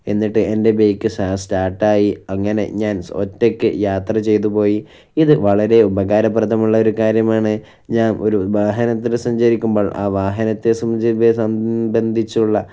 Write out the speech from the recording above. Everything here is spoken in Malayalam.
എന്നിട്ട് എൻ്റെ ബൈക്ക് സ്റ്റാർട്ടായി അങ്ങനെ ഞാൻ ഒറ്റയ്ക്ക് യാത്ര ചെയ്തു പോയി ഇത് വളരെ ഉപകാരപ്രദമുള്ള ഒരു കാര്യമാണ് ഞാൻ ഒരു വാഹനത്തിൽ സഞ്ചാരിക്കുമ്പോൾ ആ വാഹനത്തെ സംബന്ധിച്ചുള്ള